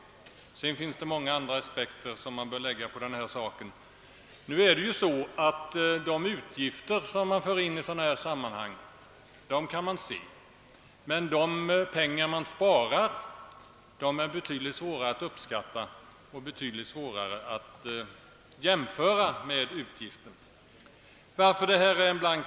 Sedan finns det ju också många andra aspekter som man bör lägga på denna sak. Man kan konstatera hur stora utgifter man lägger ned på en sådan upplysning, men det är betydligt svårare att uppskatta de pengar som därigenom sparas; det är alltså svårt att göra en jämförelse mellan utgifter och vad som inbesparas.